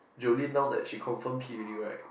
Julin know that she confirm P already right